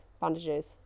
bandages